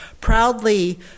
proudly